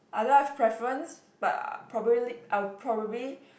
I don't have preference but probably I will probably